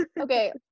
Okay